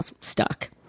stuck